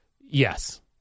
Yes